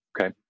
okay